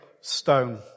stone